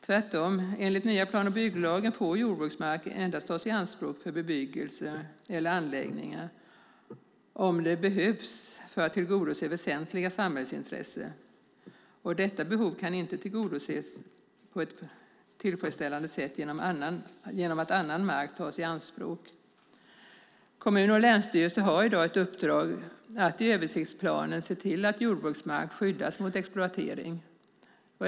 Tvärtom - enligt nya plan och bygglagen får jordbruksmark endast tas i anspråk för bebyggelse eller anläggningar om det behövs för att tillgodose väsentliga samhällsintressen och detta behov inte kan tillgodoses på ett tillfredsställande sätt genom att annan mark tas i anspråk. Kommuner och länsstyrelse har i dag ett uppdrag att i översiktsplaner se till att jordbruksmark skyddas mot exploatering.